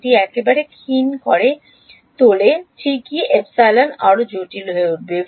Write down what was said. এটি একেবারে ক্ষীণ করে তোলে ঠিকই অ্যাপসিলন জটিল হয়ে উঠবে